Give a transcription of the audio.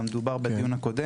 ודובר על זה גם בדיון הקודם.